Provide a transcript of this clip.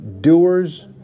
doers